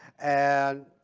and,